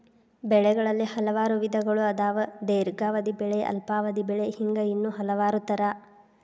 ಬೆಳೆಗಳಲ್ಲಿ ಹಲವಾರು ವಿಧಗಳು ಅದಾವ ದೇರ್ಘಾವಧಿ ಬೆಳೆ ಅಲ್ಪಾವಧಿ ಬೆಳೆ ಹಿಂಗ ಇನ್ನೂ ಹಲವಾರ ತರಾ